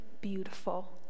beautiful